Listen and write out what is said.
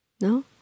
No